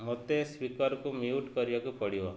ମୋତେ ସ୍ପିକର୍କୁ ମ୍ୟୁଟ୍ କରିବାକୁ ପଡ଼ିବ